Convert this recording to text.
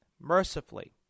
mercifully